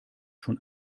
schon